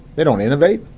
they don't innovate,